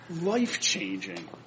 life-changing